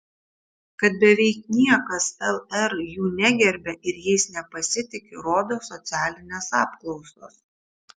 kad beveik niekas lr jų negerbia ir jais nepasitiki rodo socialinės apklausos